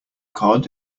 cod